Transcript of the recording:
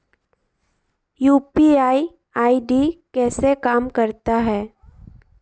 UPI ID कैसे काम करता है?